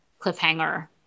cliffhanger